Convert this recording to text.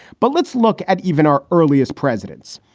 but let's look at even our earliest presidents.